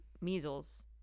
measles